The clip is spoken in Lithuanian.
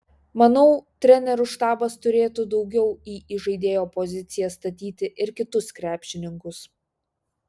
manau trenerių štabas turėtų daugiau į įžaidėjo poziciją statyti ir kitus krepšininkus